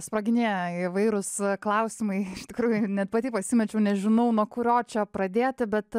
sproginėja įvairūs klausimai iš tikrųjų net pati pasimečiau nežinau nuo kurio čia pradėti bet